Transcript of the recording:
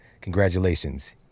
Congratulations